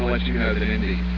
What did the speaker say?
let you know that and indeed.